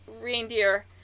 reindeer